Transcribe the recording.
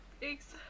thanks